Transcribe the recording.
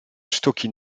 sztuki